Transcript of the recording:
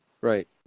right